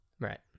Right